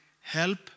help